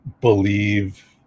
believe